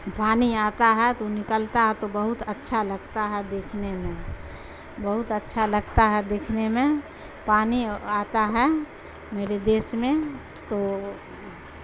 پانی آتا ہے تو نکلتا ہے تو بہت اچھا لگتا ہے دیکھنے میں بہت اچھا لگتا ہے دیکھنے میں پانی آتا ہے میرے دیس میں تو